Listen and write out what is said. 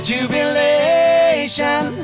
Jubilation